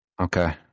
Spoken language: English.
Okay